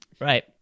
Right